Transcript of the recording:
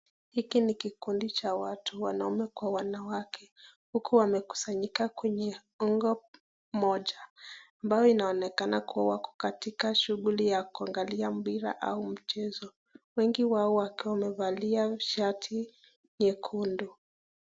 Hiki ni kikundi cha watu, wanaume kwa wanawake. Huku wamekusanyika anga mmoja. Ambayo inaonekana kuwa wako katika shughuli ya kuangalia mpira au mchezo. Wengi wao wakiwa wamevalia shati nyekundu.